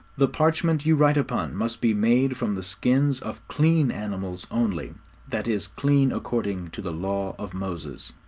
the parchment you write upon must be made from the skins of clean animals only that is clean according to the law of moses.